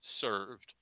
served